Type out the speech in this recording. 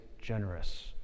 Generous